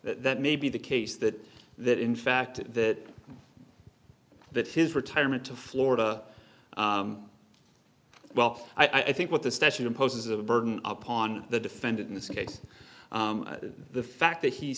that may be the case that that in fact that that his retirement to florida well i think what the statute imposes a burden upon the defendant in this case the fact that he